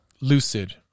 lucid